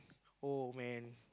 oh man